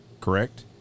correct